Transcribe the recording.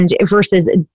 versus